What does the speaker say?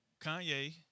Kanye